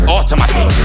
Automatic